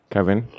Kevin